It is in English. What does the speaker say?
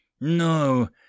No